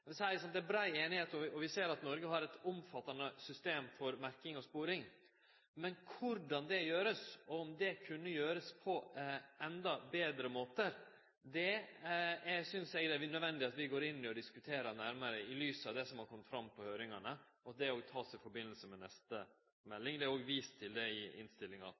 er brei einigheit, og vi ser at Noreg har eit omfattande system for merking og sporing, men korleis det vert gjort, og om ein kunne gjere det på enda betre måtar, synest eg det er nødvendig at vi går inn i og diskuterer nærare i lys av det som har kome fram på høyringane, og at det òg vert teke i samband med neste melding. Det er òg vist til det i innstillinga.